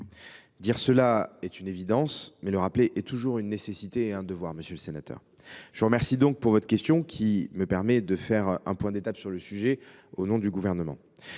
Dire cela est une évidence, mais le rappeler est une nécessité et un devoir. Je vous remercie donc de votre question, qui me permet de faire un point d’étape sur le sujet au nom du Gouvernement.